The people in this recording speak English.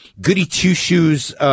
goody-two-shoes